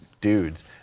dudes